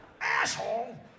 Asshole